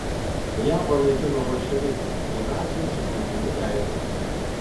ją panaikino bolševikai o naciai atsikurti neleido